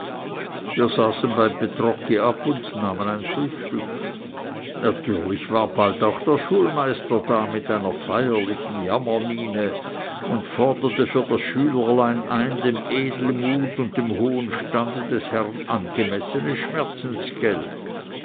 wir saßen beim petrocchi ab und nahmen ein frühstück natürlich war bald auch der schulmeister da mit einer feierlichen jammermiene und forderte für das schülerlein ein dem edelmut und dem hohen stande des herrn angemessenes schmerzensgeld